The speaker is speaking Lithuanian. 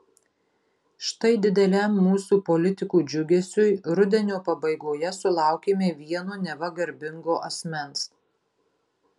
štai dideliam mūsų politikų džiugesiui rudenio pabaigoje sulaukėme vieno neva garbingo asmens